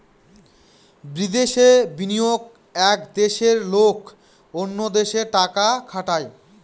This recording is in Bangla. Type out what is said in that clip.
বিদেশে বিনিয়োগ এক দেশের লোক অন্য দেশে টাকা খাটায়